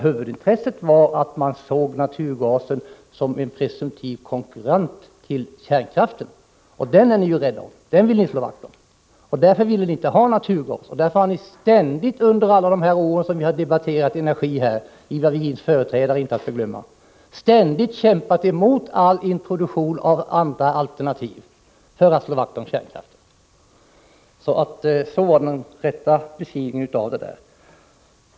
Huvudintresset var att man såg naturgasen som en presumtiv konkurrent till kärnkraften — och den är ni ju rädda om. Den vill ni slå vakt om. Därför ville ni inte ha naturgas. Därför har ni under alla år vi har debatterat energi här i riksdagen, Ivar Virgins företrädare inte att förglömma, ständigt kämpat emot all introduktion av andra alternativ. Det är för att ni vill slå vakt om kärnkraften. Detta var den rätta beskrivningen av förhållandena!